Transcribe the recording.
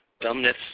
dumbness